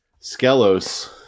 Skelos